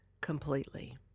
completely